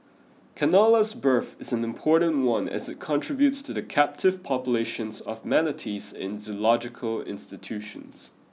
canola's birth is an important one as it contributes to the captive populations of manatees in zoological institutions